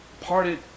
parted